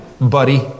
buddy